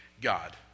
God